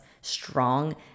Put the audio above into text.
strong